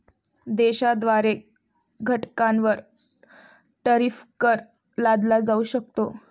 देशाद्वारे घटकांवर टॅरिफ कर लादला जाऊ शकतो